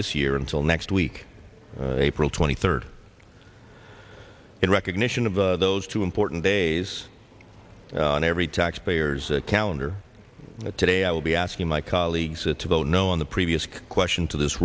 this year until next week april twenty third in recognition of the those two important days on every taxpayers calendar today i will be asking my colleagues that to vote no on the previous question to this